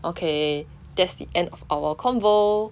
okay that's the end of our convo